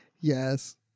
Yes